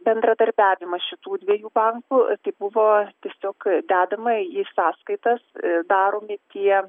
bendradarbiavimas šitų dviejų bankų tai buvo tiesiog dedama į sąskaitas daromi tie